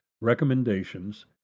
recommendations